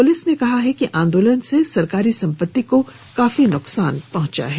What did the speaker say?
police ने कहा है कि आंदोलन से सरकारी संपत्ति को काफी नुकसान पहुंचा है